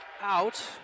out